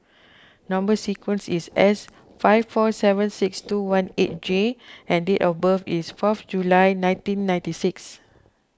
Number Sequence is S five four seven six two one eight J and date of birth is fourth July nineteen ninety six